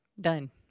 Done